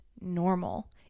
normal